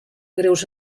greus